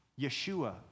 Yeshua